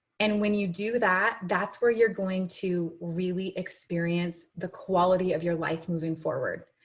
and when you do that, that's where you're going to really experience the quality of your life moving forward.